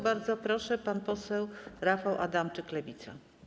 Bardzo proszę, pan poseł Rafał Adamczyk, Lewica.